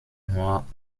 nur